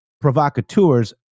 provocateurs